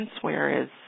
whereas